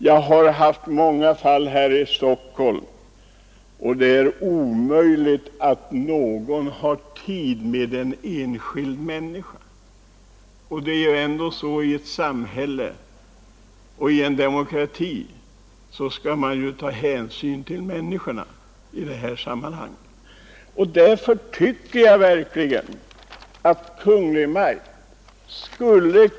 Jag har i Stockholm i många fall kunnat konstatera att ingen har tid med en enskild människa, fastän man i ett samhälle och i en demokrati skall ta hänsyn just till människorna. Därför tycker jag att Kungl. Maj:t bör göra en genomgång av fördelningen av olika uppdrag.